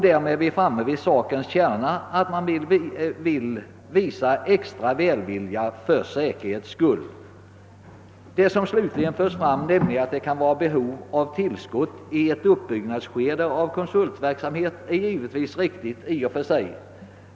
Därmed är vi framme vid sakens kärna, nämligen att man vill visa extra välvilja för säkerhets skull. Slutligen anförs i motionerna att det kan vara behov av tillskott i ett uppbyggnadsskede av en konsultverksamhet. Detta är givetvis riktigt i och för sig.